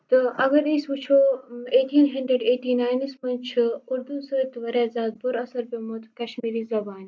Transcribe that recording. تہٕ اگر أسۍ وٕچھو ایٹیٖن ہَنڈرَنڈ ایٹی ناینَس مَنز چھُ اردوٗ سۭتۍ تہِ واریاہ زیادٕ بُرٕ اثر پیومُت کشمیری زبانہِ